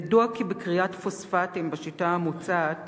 ידוע כי בכריית פוספטים בשיטה המוצעת